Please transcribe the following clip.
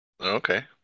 Okay